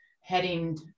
heading